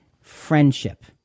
friendship